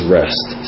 rest